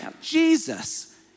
Jesus